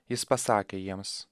jis pasakė jiems